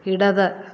ഇടത്